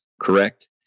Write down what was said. Correct